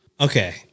Okay